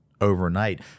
overnight